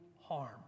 harm